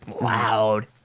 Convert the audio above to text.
loud